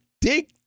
dig